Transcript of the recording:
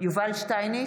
יובל שטייניץ,